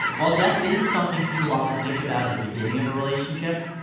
while death isn't something people often think about at the beginning of a relationship,